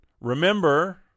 Remember